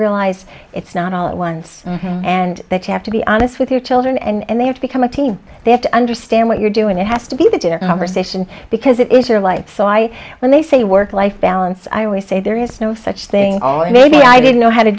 realize it's not all at once and they have to be honest with their children and they have to become a team they have to understand what you're doing it has to be the dinner conversation because it is your life so i when they say work life balance i always say there is no such thing all right maybe i didn't know how to